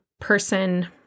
person